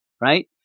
Right